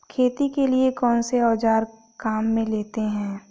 खेती के लिए कौनसे औज़ार काम में लेते हैं?